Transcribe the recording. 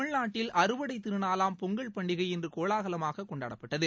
தமிழ்நாட்டில் அறுவடை திருநாளாம் பொங்கல் பண்டிகை இன்று கோலாகலமாக கொண்டாடப்பட்டது